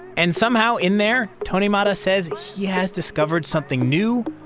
and somehow in there, tony mata says he has discovered something new,